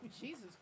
Jesus